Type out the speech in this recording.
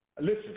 Listen